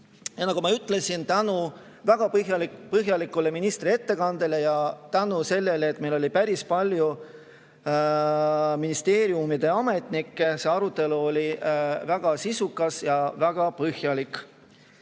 Nagu ma ütlesin, tänu väga põhjalikule ministri ettekandele ja tänu sellele, et meil oli kohal päris palju ministeeriumide ametnikke, oli see arutelu väga sisukas ja väga põhjalik.